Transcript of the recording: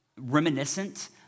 reminiscent